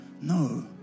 No